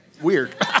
Weird